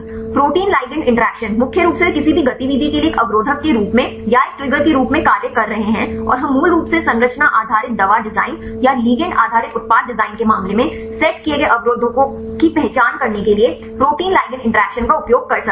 protein ligand interaction मुख्य रूप से वे किसी भी गतिविधि के लिए एक अवरोधक के रूप में या एक ट्रिगर के रूप में कार्य कर रहे हैं और हम मूल रूप से संरचना आधारित दवा डिजाइन या लिगैंड आधारित उत्पाद डिजाइन के मामले में सेट किए गए अवरोधकों की पहचान करने के लिए प्रोटीन लिगैंड इंटरैक्शन का उपयोग कर सकते हैं